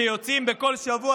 שיוצאים בכל שבוע,